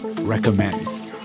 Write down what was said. recommends